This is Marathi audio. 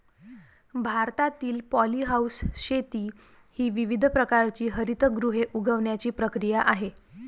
भारतातील पॉलीहाऊस शेती ही विविध प्रकारची हरितगृहे उगवण्याची प्रक्रिया आहे